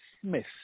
Smith